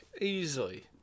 Easily